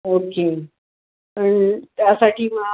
okay पण त्यासाठी म